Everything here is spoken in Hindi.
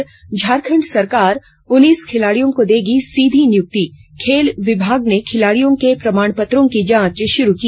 और झारखंड सरकार उन्नीस खिलाड़ियों को देगी सीधी निय्क्ति खेल विभाग ने खिलाड़ियों के प्रमाण पत्रों की जांच शुरू की